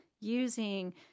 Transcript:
using